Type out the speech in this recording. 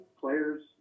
players